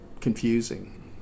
confusing